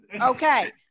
Okay